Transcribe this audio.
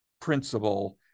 principle